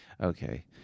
Okay